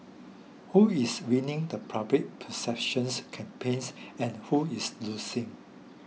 who is winning the public perceptions campaigns and who is losing